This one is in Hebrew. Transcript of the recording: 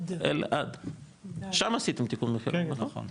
שם עשיתם תיקון מחירון, נכון?